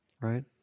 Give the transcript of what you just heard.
right